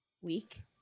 Week